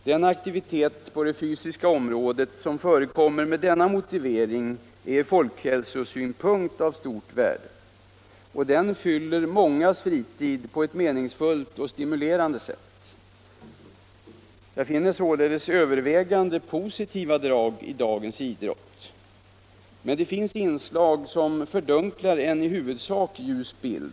Den aktivitet på det fysiska området som fö Torsdagen den rekommer med denna motivering är ur folkhälsosynpunkt av stort värde. 20 november 1975 Den fyller mångas fritid på ett meningsfullt och stimulerande sätt. Jag I finner således övervägande positiva drag i dagens idrott. Om åtgärder mot Men det finns inslag som fördunklar en i huvudsak ljus bild.